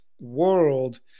world